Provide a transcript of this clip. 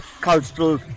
cultural